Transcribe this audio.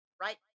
Right